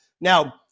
now